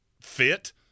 fit